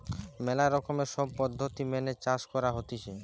ম্যালা রকমের সব পদ্ধতি মেনে চাষ করা হতিছে